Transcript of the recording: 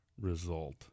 result